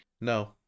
No